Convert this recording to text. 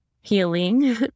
healing